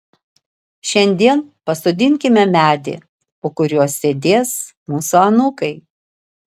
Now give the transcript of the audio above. šiandien pasodinkime medį po kuriuo sėdės mūsų anūkai